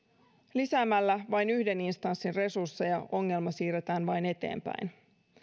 lisäämällä vain yhden instanssin resursseja ongelma siirretään vain eteenpäin